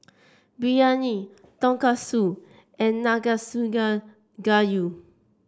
Biryani Tonkatsu and Nanakusa Gayu